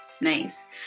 nice